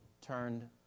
turned